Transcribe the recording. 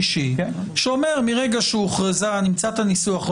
שאומר: מרגע שהוכרזה, נמצא את הניסוח.